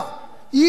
הם נרדמו בשמירה.